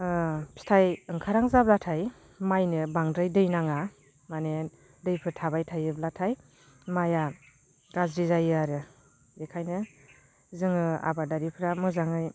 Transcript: फिथाइ ओंखारहां जाब्लाथाय माइनो बांद्राय दै नाङा माने दैफोर थाबाय थायोब्लाथाय माइआ गाज्रि जायो आरो बेखायनो जोङो आबादारिफ्रा मोजाङै